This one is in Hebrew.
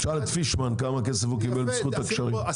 תשאל את פישמן כמה כסף הוא קיבל בזכות הקשרים.